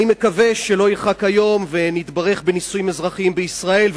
אני מקווה שלא ירחק היום ונתברך בנישואים אזרחיים בישראל,